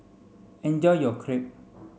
enjoy your Crepe